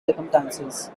circumstances